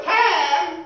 time